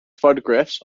photographs